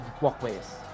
walkways